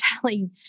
telling